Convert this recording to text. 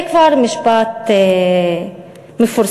זה כבר משפט מפורסם,